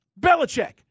Belichick